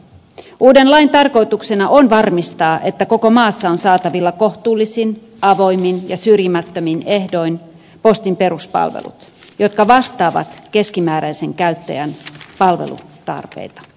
uuden lain tarkoituksena on varmistaa että koko maassa on saatavilla kohtuullisin avoimin ja syrjimättömin ehdoin postin peruspalvelut jotka vastaavat keskimääräisen käyttäjän palvelutarpeita